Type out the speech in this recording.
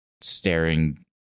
staring